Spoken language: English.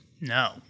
No